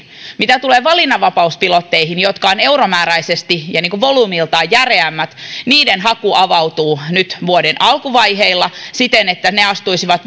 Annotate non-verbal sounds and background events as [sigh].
mitä tulee valinnanvapauspilotteihin jotka ovat euromääräisesti ja volyymiltaan järeämmät niiden haku avautuu nyt vuoden alkuvaiheilla siten että ne astuisivat [unintelligible]